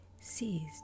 seized